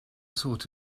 sort